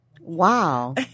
Wow